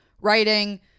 writing